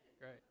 great